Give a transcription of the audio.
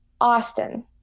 Austin